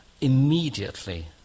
immediately